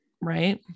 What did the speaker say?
Right